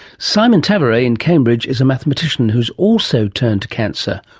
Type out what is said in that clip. simon tavare in cambridge is a mathematician who has also turned to cancer,